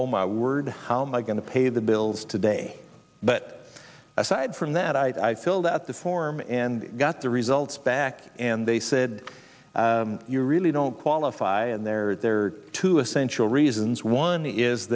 oh my word how my going to pay the bills today but aside from that i filled out the form and got the results back and they said you really don't qualify and there are there are two essential reasons one is